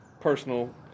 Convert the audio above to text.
personal